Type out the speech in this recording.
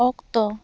ᱚᱠᱛᱚ